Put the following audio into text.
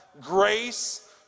grace